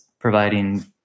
Providing